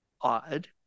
odd